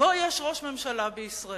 שבו יש ראש ממשלה בישראל,